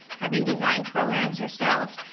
having design programs yourself,